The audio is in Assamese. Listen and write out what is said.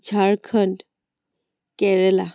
ঝাৰখণ্ড কেৰেলা